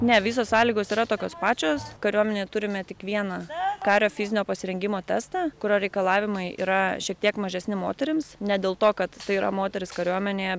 ne visos sąlygos yra tokios pačios kariuomenėj turime tik vieną kario fizinio pasirengimo testą kurio reikalavimai yra šiek tiek mažesni moterims ne dėl to kad tai yra moteris kariuomenėje